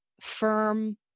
firm